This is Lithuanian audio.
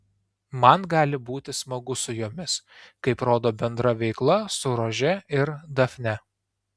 man gali būti smagu su jomis kaip rodo bendra veikla su rože ir dafne